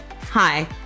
Hi